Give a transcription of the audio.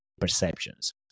perceptions